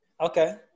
Okay